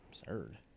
Absurd